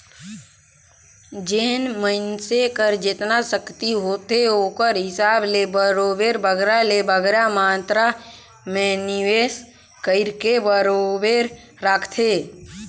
जेन मइनसे कर जेतना सक्ति होथे ओकर हिसाब ले बरोबेर बगरा ले बगरा मातरा में निवेस कइरके बरोबेर राखथे